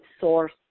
source